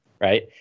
right